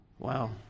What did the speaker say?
Wow